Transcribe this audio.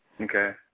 okay